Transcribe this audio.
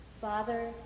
Father